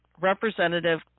representative